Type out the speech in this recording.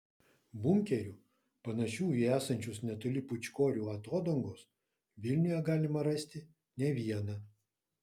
bunkerių panašių į esančius netoli pūčkorių atodangos vilniuje galima rasti ne vieną